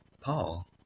Paul